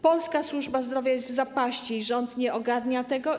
Polska służba zdrowia jest w zapaści, rząd nie ogarnia tego.